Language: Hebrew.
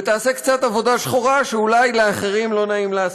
ותעשה קצת עבודה שחורה שאולי לאחרים לא נעים לעשות.